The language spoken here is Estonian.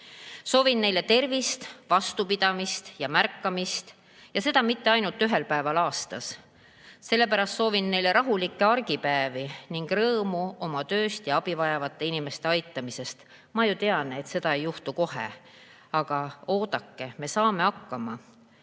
Soovin neile tervist, vastupidamist ja märkamist. Ja seda mitte ainult ühel päeval aastas. Selle pärast soovin teile rahulikke argipäevi ning rõõmu oma tööst ja abi vajavate inimeste aitamisest. Ma ju tean, et seda ei juhtu kohe. Aga oodake, me saame hakkama.